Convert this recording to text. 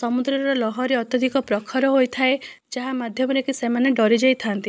ସମୁଦ୍ରରର ଲହରୀ ଅତ୍ୟଧିକ ପ୍ରଖର ହୋଇଥାଏ ଯାହା ମାଧ୍ୟମରେକି ସେମାନେ ଡରି ଯାଇଥାନ୍ତି